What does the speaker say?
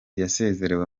yasezerewe